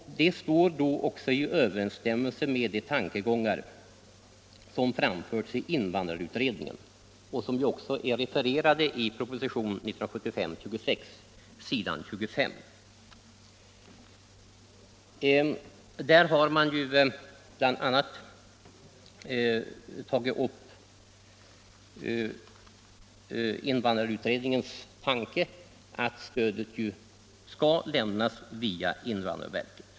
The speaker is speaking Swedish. Detta står också i överensstämmelse med de tankegångar som framförts i invandrarutredningens betänkande och som är refererade i propositionen 76, s. 25. Där har man bl.a. tagit upp invandrarutredningens tanke att stödet skall lämnas via invandrarverket.